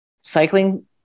cycling